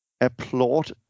applaud